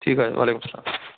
ٹھیٖک حظ وعلیکُم السَلام